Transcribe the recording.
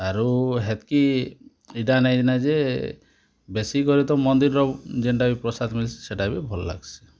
ଆରୁ ହେକି ଏଇଟା ନାଇଁ ନାଇଁ ଯେ ବେଶୀ ଗଲେ ତ ମନ୍ଦିରର ଯେନ୍ଟା ପ୍ରସାଦ ମିଳଛେ ସେଇଟା ବି ଭଲ ଲାଗ୍ସି